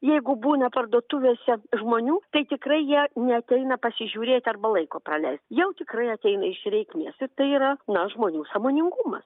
jeigu būna parduotuvėse žmonių tai tikrai jie neateina pasižiūrėti arba laiko praleist jau tikrai ateina iš reikmės ir tai yra na žmonių sąmoningumas